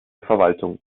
verwaltung